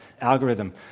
algorithm